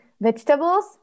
vegetables